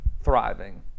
thriving